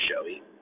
showy